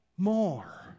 more